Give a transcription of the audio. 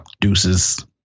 Deuces